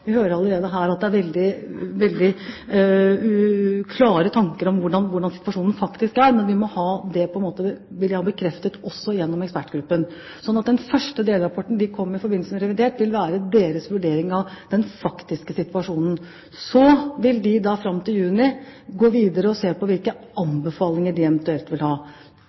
Vi hører allerede her at det er veldig klare tanker om hvordan situasjonen faktisk er, men vi må ha det bekreftet også gjennom ekspertgruppen. Den første delrapporten, som vil komme i forbindelse med revidert, vil være deres vurdering av den faktiske situasjonen. Så vil de fram til juni gå videre og se på hvilke anbefalinger de eventuelt vil